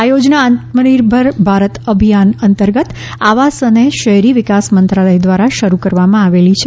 આ યોજના આત્મનિર્ભર ભારત અભિયાન અંતર્ગત આવાસ અને શહેરી વિકાસ મંત્રાલય દ્વારા શરૂ કરવામાં આવેલી છે